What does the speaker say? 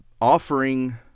offering